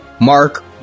Mark